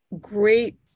great